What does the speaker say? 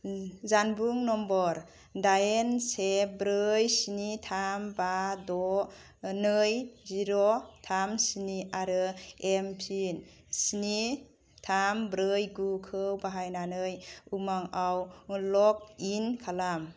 जानबुं नम्बर दाइन से ब्रै स्नि थाम बा द' नै जिर' थाम स्नि आरो एमपिन स्नि थाम ब्रै गु खौ बाहायनानै उमांआव लग इन खालाम